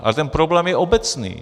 Ale ten problém je obecný.